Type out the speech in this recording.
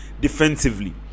defensively